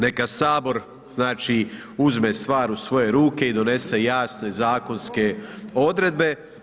Neka sabor znači uzme stvar u svoje u ruke i donese jasne zakonske odredbe.